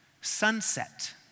Sunset